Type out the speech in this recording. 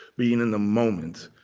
being in the moment,